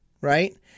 right